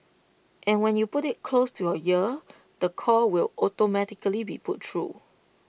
and when you put IT close to your ear the call will automatically be put through